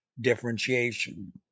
differentiation